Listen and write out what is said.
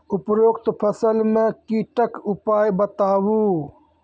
उपरोक्त फसल मे कीटक उपाय बताऊ?